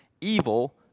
evil